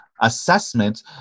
assessment